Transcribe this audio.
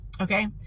okay